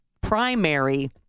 primary